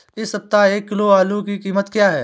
इस सप्ताह एक किलो आलू की कीमत क्या है?